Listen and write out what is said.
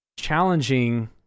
challenging